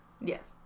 Yes